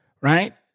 Right